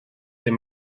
dem